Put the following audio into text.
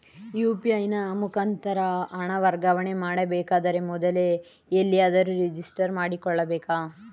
UPI ನ ಮುಖಾಂತರ ಹಣ ವರ್ಗಾವಣೆ ಮಾಡಬೇಕಾದರೆ ಮೊದಲೇ ಎಲ್ಲಿಯಾದರೂ ರಿಜಿಸ್ಟರ್ ಮಾಡಿಕೊಳ್ಳಬೇಕಾ?